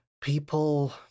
people